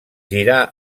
girar